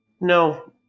No